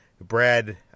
Brad